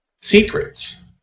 secrets